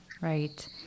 Right